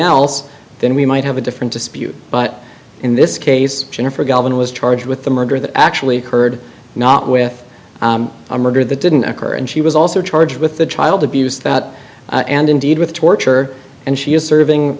else then we might have a different dispute but in this case jennifer galvin was charged with the murder that actually occurred not with a murder that didn't occur and she was also charged with the child abuse that and indeed with torture and she is serving